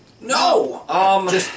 No